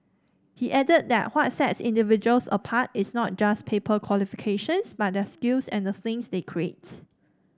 he added that what sets individuals apart is not just paper qualifications but their skills and the things they create